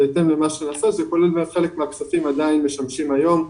חלק מהכספים עדיין משמשים היום,